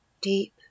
deep